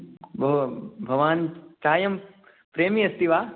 भोः भवान् चायं प्रेमी अस्ति वा